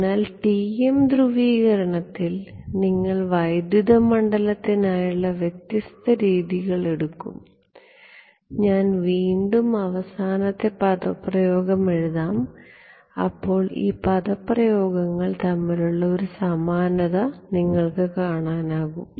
അതിനാൽ TM ധ്രുവീകരണത്തിൽ നിങ്ങൾ വൈദ്യുത മണ്ഡലത്തിനായുള്ള വ്യത്യസ്ത രീതികൾ എടുക്കും ഞാൻ വീണ്ടും അവസാനത്തെ പദപ്രയോഗം എഴുതാം അപ്പോൾ ഈ പദപ്രയോഗങ്ങൾ തമ്മിലുള്ള ഒരു സമാനത നിങ്ങൾക്ക് കാണാനാകും